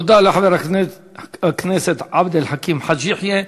תודה לחבר הכנסת עבד אל חכים חאג' יחיא.